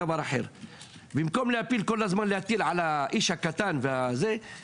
פעם הבאה ישלמו על כל שקית כזאת רב פעמית.